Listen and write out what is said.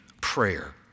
prayer